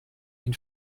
ihn